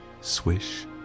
swish